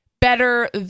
Better